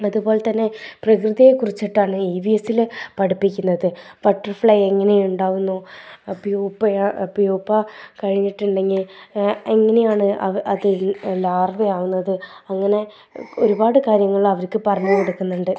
അതുപോലെ തന്നെ പ്രകൃതിയെ കുറിച്ചിട്ടാണ് ഇവിഎസ്സിൽ പഠിപ്പിക്കുന്നത് ബട്ടർഫ്ലൈ എങ്ങനെ ഉണ്ടാവുന്നു പ്യൂപ്പയാണ് പ്യൂപ്പ കഴിഞ്ഞിട്ടുണ്ടെങ്കിൽ എങ്ങനെയാണ് അത് അതിൽ ലാർവയാവുന്നത് അങ്ങനെ ഒരുപാട് കാര്യങ്ങൾ അവര്ക്ക് പറഞ്ഞു കൊടുക്കുന്നുണ്ട്